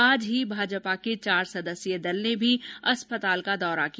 आज भाजपा के चार सदस्यीय जांच दल ने भी अस्पताल का दौरा किया